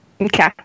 Okay